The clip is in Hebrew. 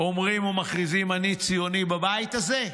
אומרים ומכריזים "אני ציוני" בבית הזה?